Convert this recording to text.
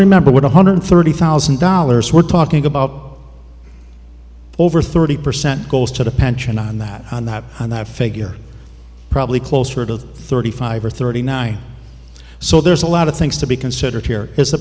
remember one hundred thirty thousand dollars we're talking about over thirty percent goes to the pension on that on that on that figure probably closer to thirty five or thirty nine so there's a lot of things to be considered here is the